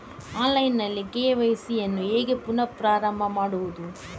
Online ನಲ್ಲಿ KYC ಯನ್ನು ಹೇಗೆ ಪುನಃ ಪ್ರಾರಂಭ ಮಾಡುವುದು?